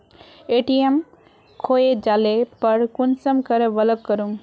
ATM खोये जाले पर कुंसम करे ब्लॉक करूम?